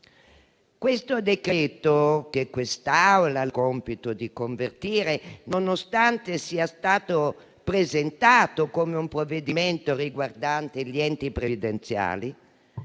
Questo decreto-legge, che questa Assemblea ha il compito di convertire, nonostante sia stato presentato come un provvedimento riguardante gli enti previdenziali,